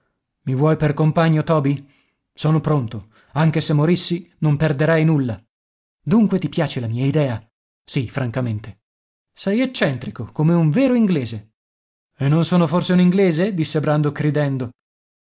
i vuoi per compagno toby sono pronto anche se morissi non perderei nulla dunque ti piace la mia idea sì francamente sei eccentrico come un vero inglese e non sono forse un inglese disse brandok ridendo